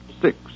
six